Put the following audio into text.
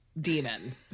demon